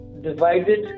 divided